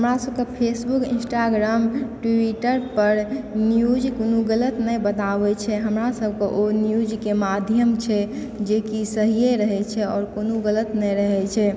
हमरा सभके Facebook Instagram Twitter पर न्यूज कोनो गलत नहि बताबै छै हमरा सभक ओ न्यूजके माध्यम छै जे कि सहिये रहै छै आओर कोनो गलत नहि रहै छै